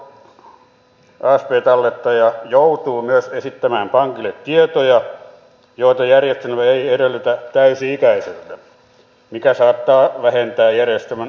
alaikäinen asp tallettaja joutuu myös esittämään pankille tietoja joita järjestelmä ei edellytä täysi ikäiseltä mikä saattaa vähentää järjestelmän houkuttelevuutta